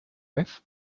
vez